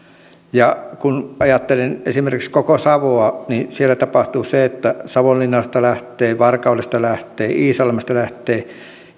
ja kun ajattelen esimerkiksi koko savoa niin siellä tapahtuu se että savonlinnasta lähtee varkaudesta lähtee iisalmesta lähtee